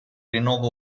rinnovo